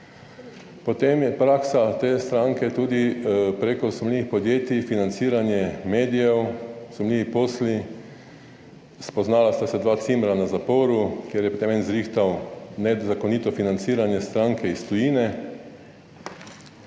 Potem je praksa te stranke tudi preko sumljivih podjetij, financiranje medijev, sumljivi posli. Spoznala sta se dva cimra na zaporu, kjer je potem en zrihtal nezakonito financiranje stranke iz tujine.